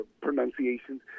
pronunciations